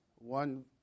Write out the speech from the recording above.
One